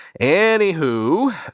Anywho